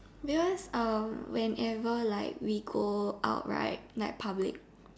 because um whenever like we go out right like public